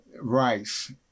rice